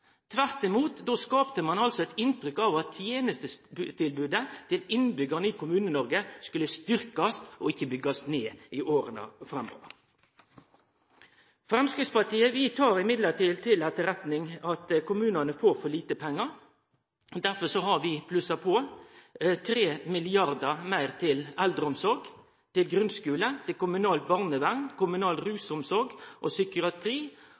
Tvert imot – då skapte ein eit inntrykk av at tenestetilbodet til innbyggjarane i Kommune-Noreg skulle styrkjast og ikkje byggjast ned i åra framover. Men Framstegspartiet tek til etterretning at kommunane får for lite pengar. Derfor har vi plussa på 3 mrd. kr til eldreomsorg, til grunnskule, til kommunalt barnevern, kommunal rusomsorg og psykiatri,